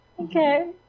Okay